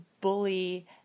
bully